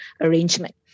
arrangement